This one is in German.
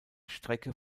strecke